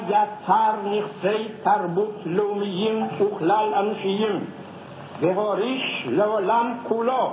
בה יצר נכסי תרבות לאומיים וכלל-אנושיים והוריש לעולם כולו